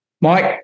Mike